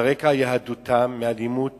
על רקע יהדותם, מאלימות